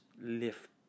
lift